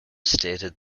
stated